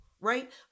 right